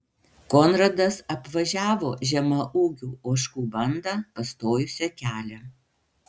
konradas apvažiavo žemaūgių ožkų bandą pastojusią kelią